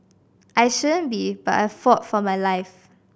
I shouldn't be but I fought for my life